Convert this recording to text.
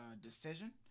decision